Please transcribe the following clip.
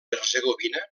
hercegovina